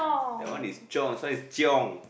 that one is chong so is chiong